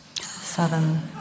southern